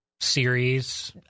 series